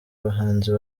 bahanzi